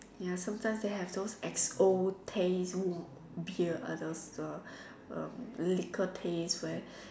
ya sometimes they have those X_O taste beer uh the the um liquor taste where